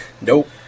Nope